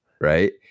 right